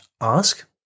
ask